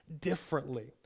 differently